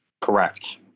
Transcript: Correct